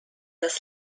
das